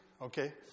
okay